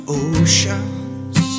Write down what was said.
oceans